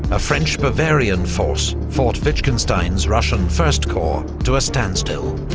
a french-bavarian force fought wittgenstein's russian first corps to a standstill.